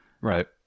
Right